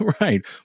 Right